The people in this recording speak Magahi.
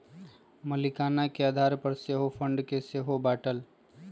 मलीकाना के आधार पर सेहो फंड के सेहो बाटल